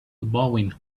elbowing